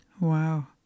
Wow